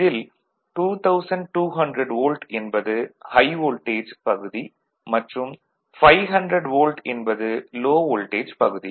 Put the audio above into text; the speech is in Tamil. இதில் 2200 வோல்ட் என்பது ஹை வோல்டேஜ் பகுதி மற்றும் 500 வோல்ட் என்பது லோ வோல்டேஜ் பகுதி